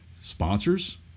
sponsors